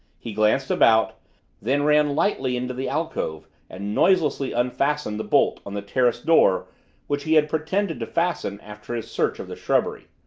he glanced about then ran lightly into the alcove and noiselessly unfastened the bolt on the terrace door which he had pretended to fasten after his search of the shrubbery.